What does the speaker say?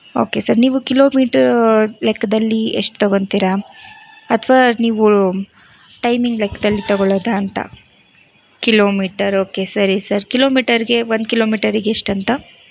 okay sir ನೀವು kilometre ಲೆಕ್ಕದಲ್ಲಿ ಎಷ್ಟು ತೊಗೋತಿರಾ ಅಥವಾ ನೀವು ಟೈಮಿಂಗ್ ಲೆಕ್ಕದಲ್ಲಿ ತೊಗೊಳ್ಳೋದಾ ಅಂತ ಕಿಲೋಮೀಟರ್ ಓಕೆ ಸರಿ ಸರ್ ಕಿಲೋಮೀಟರಿಗೆ ಒಂದು ಕಿಲೋಮೀಟರಿಗೆ ಎಷ್ಟು ಅಂತ